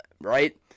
right